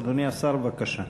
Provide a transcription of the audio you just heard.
אדוני השר, בבקשה.